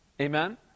Amen